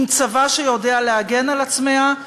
עם צבא שיודע להגן עליה,